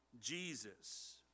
Jesus